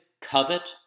covet